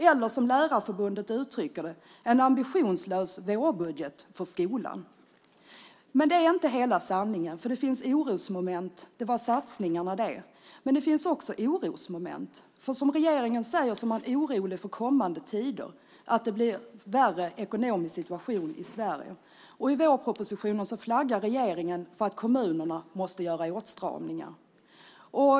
Eller som Lärarförbundet uttrycker det: En ambitionslös vårbudget för skolan. Det var satsningarna, men det finns också orosmoment. Som regeringen säger är man orolig för kommande tider, för att det blir sämre ekonomisk situation i Sverige. I vårpropositionen flaggar regeringen för att kommunerna måste göra åtstramningar.